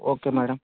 okay madam